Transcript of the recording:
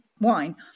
wine